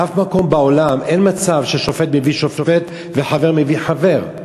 באף מקום בעולם אין מצב ששופט מביא שופט וחבר מביא חבר.